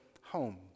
home